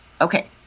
okay